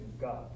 God